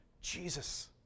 Jesus